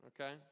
okay